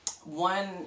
one